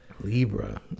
Libra